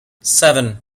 seven